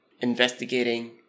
investigating